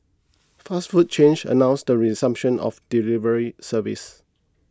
fast food chains announced the resumption of delivery services